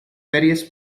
various